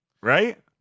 right